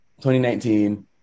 2019